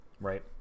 Right